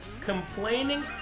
Complaining